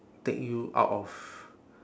take you out of